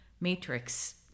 Matrix